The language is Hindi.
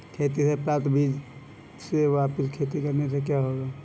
खेती से प्राप्त बीज से वापिस खेती करने से क्या होगा?